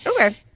Okay